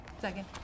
Second